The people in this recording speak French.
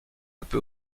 peut